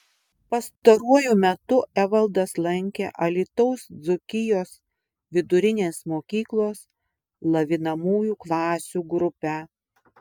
pastaruoju metu evaldas lankė alytaus dzūkijos vidurinės mokyklos lavinamųjų klasių grupę